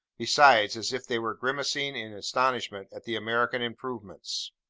besides, as if they were grimacing in astonishment at the american improvements.